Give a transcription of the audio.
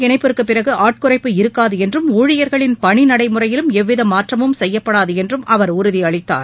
இணைப்புக்குப்பிறகு ஆட்குறைப்பு இருக்காது என்றும் ஊழியர்களின் வங்கிகள் பணி நடைமுறையிலும் எந்தவித மாற்றமும் செய்யப்படாது என்றும் அவர் உறுதியளித்தார்